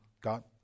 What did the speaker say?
God